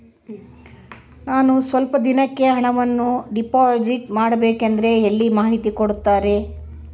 ನಾನು ಸ್ವಲ್ಪ ದಿನಕ್ಕೆ ಹಣವನ್ನು ಡಿಪಾಸಿಟ್ ಮಾಡಬೇಕಂದ್ರೆ ಎಲ್ಲಿ ಮಾಹಿತಿ ಕೊಡ್ತಾರೆ?